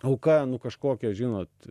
auka nu kažkokia žinot